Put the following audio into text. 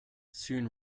soon